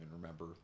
remember